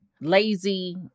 lazy